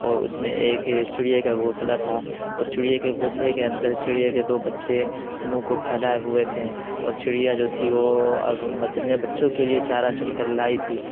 اور اس میں ایک چڑیے کا گھونسلہ تھا اس چڑیے کے گھونسلے کے اندر اس چڑیے کے دو بچے منہ کو پھیلائے ہوئے تھے اور چڑیا جو تھی وہ اپنے بچوں کے لیے چارہ چن کر لائی تھی